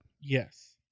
yes